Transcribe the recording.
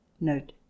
Note